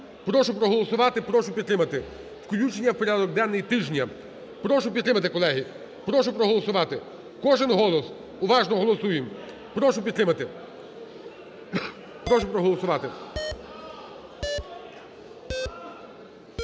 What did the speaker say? Прошу проголосувати, прошу підтримати включення в порядок денний тижня. Прошу підтримати, колеги, прошу проголосувати. Кожен голос, уважно голосуємо, прошу підтримати. Прошу проголосувати!